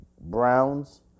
Browns